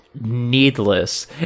needless